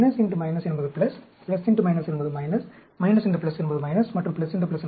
எனவே என்பது என்பது என்பது மற்றும் என்பது